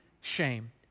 shame